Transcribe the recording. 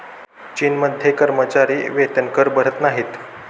चीनमध्ये कर्मचारी वेतनकर भरत नाहीत